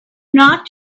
not